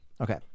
Okay